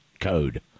code